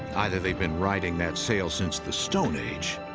either they've been riding that sail since the stone age.